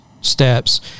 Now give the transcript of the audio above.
steps